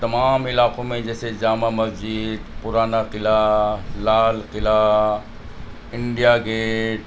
تمام علاقوں میں جیسے جامع مسجد پرانا قلعہ لال قلعہ انڈیا گیٹ